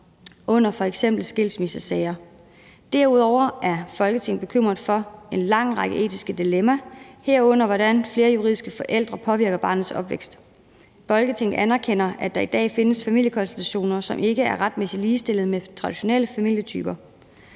i f.eks. skilsmissesager. Derudover er Folketinget bekymret for en lang række etiske dilemmaer, herunder hvordan flere juridiske forældre påvirker børns opvækst. Folketinget anerkender, at der i dag findes familiekonstellationer, som ikke er retmæssigt ligestillet med traditionelle familietyper.